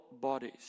bodies